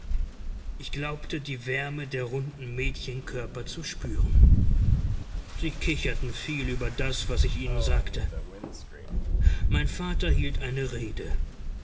ich glaubte die wärme der runden mädchenkörper zu spüren sie kicherten viel über das was ich ihnen sagte mein vater hielt eine rede